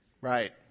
Right